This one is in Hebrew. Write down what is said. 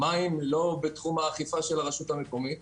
אינם בתחום האכיפה של הרשות המקומית.